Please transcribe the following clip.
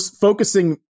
focusing